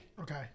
Okay